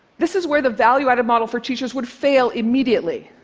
this is where the value-added model for teachers would fail immediately.